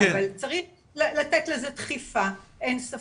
אבל צריך לתת לזה דחיפה, אין ספק.